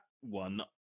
one